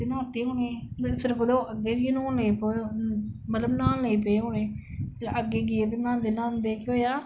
न्हाते होने कुतेैअग्गै जेइयै न्होन लेई पेई होने मतलब न्हान लेई पेई होने अग्गै गे ते न्हांदे न्हांदे